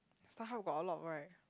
StarHub got a lot right